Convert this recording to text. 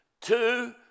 Two